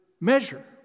measure